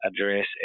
address